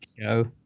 ...show